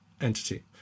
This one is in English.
entity